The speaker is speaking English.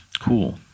Cool